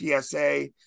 PSA